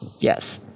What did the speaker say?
Yes